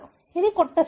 ఇది కొత్త ఫీల్డ్